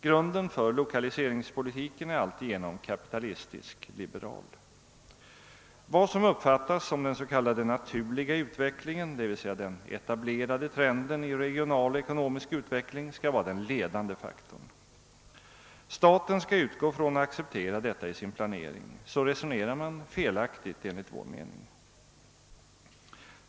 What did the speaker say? Grunden för lokaliseringspolitiken är alltigenom = kapitalistisk—liberal. Vad som uppfattas som den s.k. naturliga utvecklingen, d.v.s. den etablerade trenden i regional och ekonomisk utveckling, skall vara den ledande faktorn. Staten skall utgå från och acceptera detta i sin planering. Så resonerar man — felaktigt enligt vår mening.